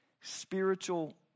spiritual